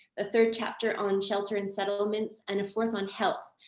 ah third chapter on shelter and settlements, and a fourth on health.